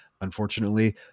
Unfortunately